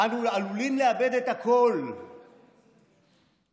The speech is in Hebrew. אנו עלולים לאבד את הכול, זעק,